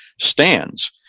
stands